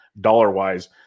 dollar-wise